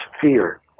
fear